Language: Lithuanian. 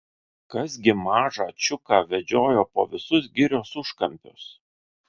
kas gi mažą čiuką vedžiojo po visus girios užkampius